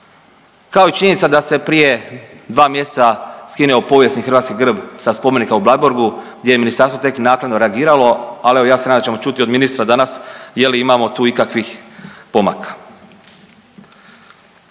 kao i činjenica da se prije dva mjeseca skinuo povijesni hrvatski grb sa spomenika u Bleiburgu gdje je ministarstvo tek naknadno reagiralo, ali evo ja se nadam da ćemo čuti od ministra danas je li imamo tu ikakvih pomaka.